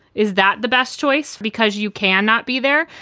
is that the best choice? because you cannot be there?